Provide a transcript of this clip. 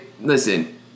listen